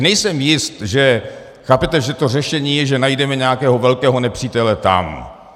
Nejsem si jist, chápete, že to řešení je, že najdeme nějakého velkého nepřítele tam.